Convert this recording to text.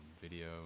video